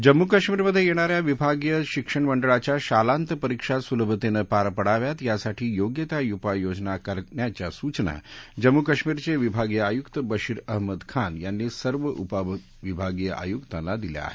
जम्मू कश्मीरमध्ये येणाऱ्या विभागीय शिक्षण मंडळाच्या शालांत परिक्षा सुलभतेने पार पडाव्यात यासाठी योग्य त्या उपाययोजना कराव्यात अशा सूचना जम्मू कश्मीरचे विभागीय आयुक्त बशीर अहमद खान यांनी सर्व उपविभागीय आयुक्तांना दिल्या आहेत